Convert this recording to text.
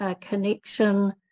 connection